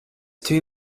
too